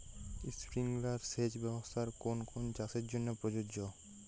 Sprinkler সেচ ব্যবস্থার কোন কোন চাষের জন্য প্রযোজ্য?